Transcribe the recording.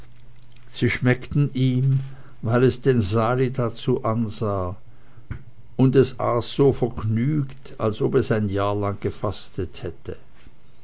sie schmeckten ihm weil es den sali dazu ansah und es aß so vergnügt als ob es ein jahr lang gefastet hätte